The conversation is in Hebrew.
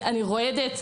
אני רועדת,